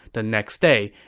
the next day,